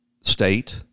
state